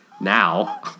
now